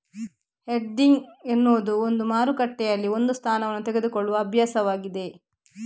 hedging ಎನ್ನುವುದು ಒಂದು ಮಾರುಕಟ್ಟೆಯಲ್ಲಿ ಒಂದು ಸ್ಥಾನವನ್ನು ತೆಗೆದುಕೊಳ್ಳುವ ಅಭ್ಯಾಸವಾಗಿದೆ